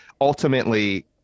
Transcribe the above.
ultimately